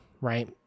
right